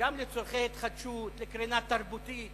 וגם לצורכי התחדשות ותרבות.